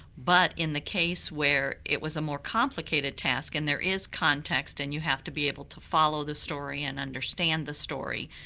but in the case where it was a more complicated task and there is context and you have to be able to follow the story and understand the story,